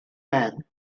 man